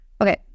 okay